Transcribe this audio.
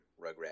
Rugrat